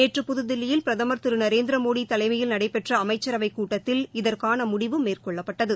நேற்று புதுதில்லியில் பிரதமர் திரு நரேந்திர மோடி தலைமையில் நடைபெற்ற அமைச்சரவை கூட்டத்தில் இதற்கான முடிவு மேற்கொள்ளப்பட்டது